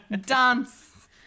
Dance